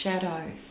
shadows